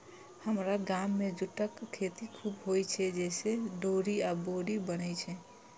हमरा गाम मे जूटक खेती खूब होइ छै, जइसे डोरी आ बोरी बनै छै